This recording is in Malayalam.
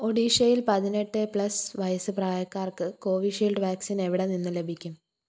ഒഡീഷയിൽ പതിനെട്ട് പ്ലസ് വയസ്സ് പ്രായക്കാർക്ക് കോവിഷീൽഡ് വാക്സിൻ എവിടെ നിന്ന് ലഭിക്കും